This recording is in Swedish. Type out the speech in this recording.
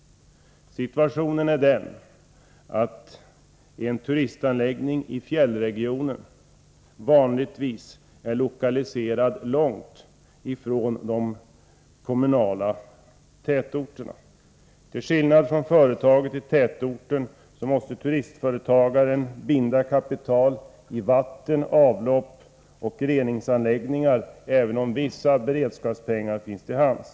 Situationen är den, att en turistanläggning i fjällregionen vanligtvis är lokaliserad långt ifrån de kommunala tätorterna. Till skillnad från företaget i tätorten måste turistföretaget binda kapital i vatten-, avloppsoch reningsanläggningar, även om vissa beredskapspengar finns till hands.